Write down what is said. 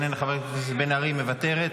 איננו,